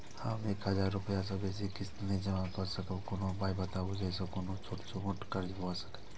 हम एक हजार रूपया से बेसी किस्त नय जमा के सकबे कोनो उपाय बताबु जै से कोनो छोट मोट कर्जा भे जै?